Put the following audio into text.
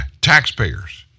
taxpayers